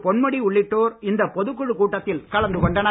பொன்முடி உள்ளிட்டோர் இந்த பொதுக் குழு கூட்டத்தில் கலந்து கொண்டனர்